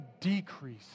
decrease